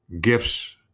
gifts